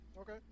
Okay